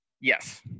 Yes